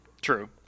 True